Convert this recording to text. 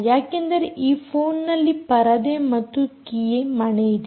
ಯಾಕೆಂದರೆ ಈ ಫೋನ್ನಲ್ಲಿ ಪರದೆ ಮತ್ತು ಕೀಮಣೆಯಿದೆ